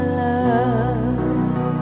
love